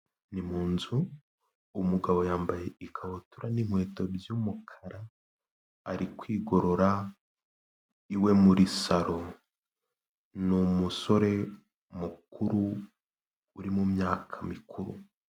Ni mu nzu, umugabo yambaye ikabutura n'inkweto by'umukara, ari kwigorora iwe muri saro, ni umusore mukuru uri mu myaka mikuru.